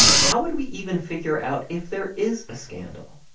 how would we even figure out if there is a scandal?